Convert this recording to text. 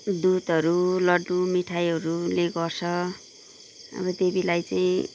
दुधहरू लड्डु मिठाइहरूले गर्छ अब देवीलाई चाहिँ